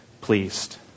pleased